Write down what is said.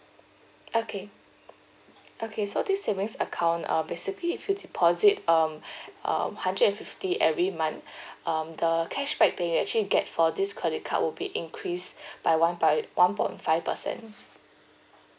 okay okay so this savings account uh basically if you deposit um uh hundred and fifty every month um the cashback they actually get for this credit card will be increased by one by one point five percent